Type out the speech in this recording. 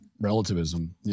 relativism